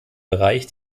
bereich